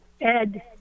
Ed